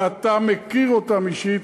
ואתה מכיר אותם אישית,